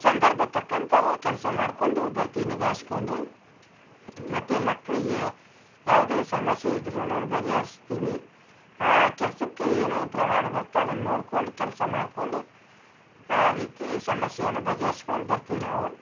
ಸಂದರ್ಭಕ್ಕೆ ತಕ್ಕಂತವೇ ಕೆಲಸ ಮಾಡ್ಕೊಂಡು ಬರ್ತೀವಿ ನಿಭಾಯಿಸ್ಕೊಂಡು ಮತ್ತು ಮಕ್ಕಳಿಗೆ ಯಾವುದೇ ಸಮಸ್ಯೆ ಇದ್ದರೂನು ಬಗೆಹರಿಸ್ತೀವಿ ಆ ಕೆಲಸಕ್ಕೆ ಏನೇನು ಪ್ರಮಾದ ಬರ್ತೆ ಅದನ್ನ ನೋಡ್ಕೊಂಡು ಕೆಲಸ ಮಾಡ್ಕೊಂಡು ಆ ರೀತಿ ಸಮಸ್ಯೆಯನ್ನ ಬಗೆಹರ್ಸ್ಕೊಂಡ್ ಬರ್ತೀವಿ ನಾವು